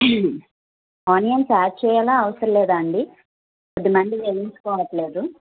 onions add చేయాలా అవసరం లేదా అండి కొద్దిమంది వేయించుకోవట్లేదు